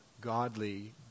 godly